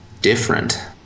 different